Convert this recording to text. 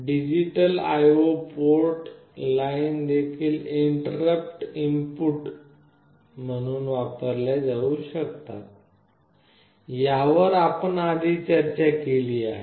digital IO port line देखील interrupt input म्हणून वापरल्या जाऊ शकतात यावर आपण आधीच चर्चा केली आहे